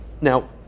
now